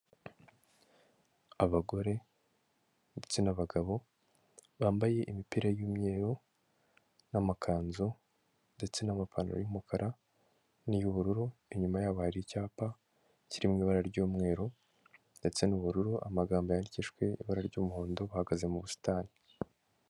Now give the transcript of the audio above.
Abagore ndetse n'abagabo bambaye imipira y'umweru n'amakanzu ndetse n'amapantaro y'umukara ni iy'ubururu, inyuma yabo hari icyapa kiri mu ibara ry'umweru ndetse n'ubururu amagambo yandikishijwe ibara ry'umuhondo bahagaze mu busitani.